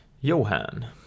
johan